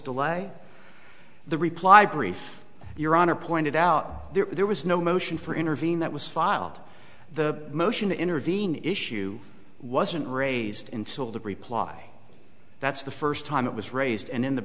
delay the reply brief your honor pointed out there was no motion for intervene that was filed the motion to intervene issue wasn't raised in sort of reply that's the first time it was raised and in the